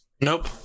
nope